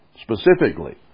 specifically